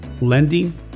lending